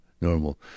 normal